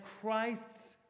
Christ's